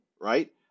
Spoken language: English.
right